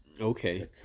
okay